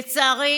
לצערי